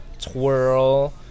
twirl